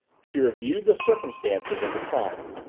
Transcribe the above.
she reviewed the circumstances of the crime.